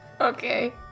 Okay